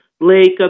Lake